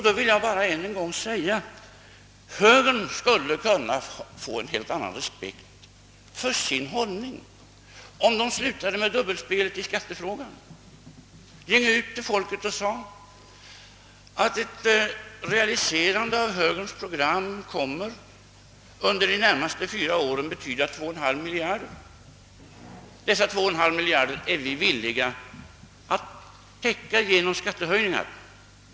Då vill jag än en gång säga att högern skulle ha kunnat vinna en helt annan respekt för sin hållning om man där slutade med dubbelspelet i skattefrågan och sade till allmänheten att ett realiserande av högerns program under de närmaste fyra åren kommer att betyda 2,5 miljarder kronor; dessa två miljarder är högern villig att täcka genom skattehöjningar.